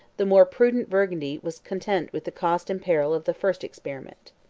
the more prudent burgundy was content with the cost and peril of the first experiment.